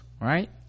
right